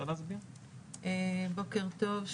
בוקר טוב.